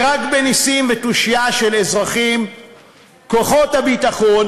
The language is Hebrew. ורק בנסים ותושייה של אזרחים כוחות הביטחון